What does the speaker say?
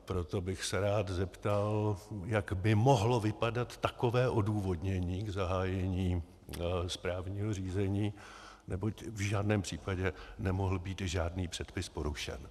Proto bych se rád zeptal, jak by mohlo vypadat takové odůvodnění k zahájení správního řízení, neboť v žádném případě nemohl být žádný předpis porušen.